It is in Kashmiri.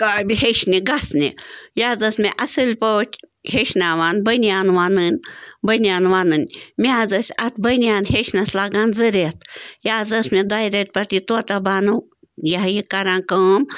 کامہِ ہیٚچھنہِ گژھنہِ یہِ حظ ٲس مےٚ اَصٕل پٲٹھۍ ہیٚچھناوان بٔنیان وونٕنۍ بٔنیان وونٕنۍ مےٚ حظ ٲسۍ اَتھ بٔنیان ہیٚچھنَس لَگان زٕ رٮ۪تھ یہِ حظ ٲس مےٚ دۄیہِ ریٚتہِ پٮ۪ٹھ یہِ طوطہ بَانو یہِ ہہ یہِ کَران کٲم